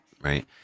right